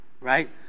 right